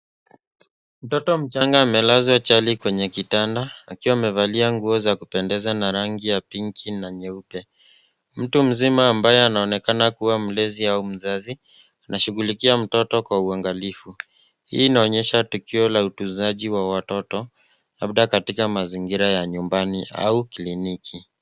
Mtoto mchanga amelazwa chali kwenye kitanda akiwa amevalia nguo za kupendeza na rangi ya(cs) pinki(cs) na nyeupe. Mtu mzima ambaye anaoenekana kuwa mlezi au mzazi anashughulikia mtoto kwa uhagalifu. Hii inaonesha tukio la utuzaji wa watoto labda katika mazingira ya nyumbani au(cs) kliniki(cs).